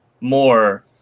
more